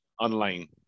online